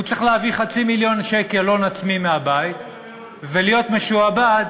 הוא צריך להביא חצי מיליון שקלים הון עצמי מהבית ולהיות משועבד